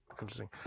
Interesting